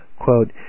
quote